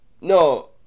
No